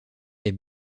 est